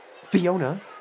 Fiona